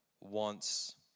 wants